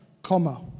Comma